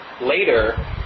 later